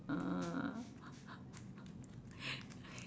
uh okay